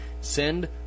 send